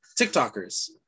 TikTokers